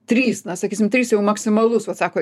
trys na sakysim trys jau maksimalus vat sako